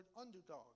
underdog